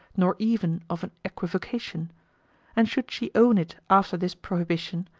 nor even of an equivocation and should she own it after this prohibition,